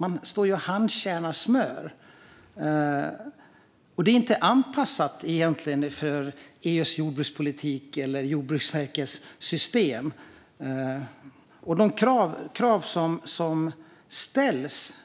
Man står och handkärnar smör. Verksamheten är inte anpassad till EU:s jordbrukspolitik eller Jordbruksverkets system. De krav som ställs